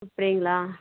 அப்படிங்களா